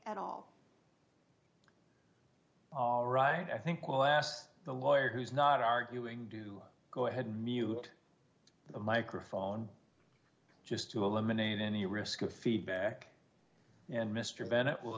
at all all right i think we'll ask the lawyer who's not arguing do go ahead mute the microphone just to eliminate any risk of feedback and mr bennett will